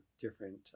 different